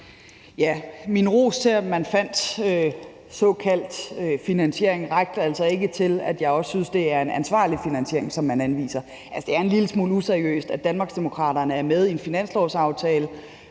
Min ros til, at man fandt såkaldt finansiering, rakte altså ikke til, at jeg også synes, det er en ansvarlig finansiering, som man anviser. Altså, det er en lille smule useriøst, at Danmarksdemokraterne er med i en finanslovsaftale,